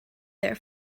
there